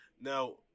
now